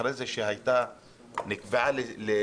אחרי זה הם נקבעו לאוגוסט